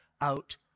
out